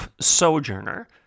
sojourner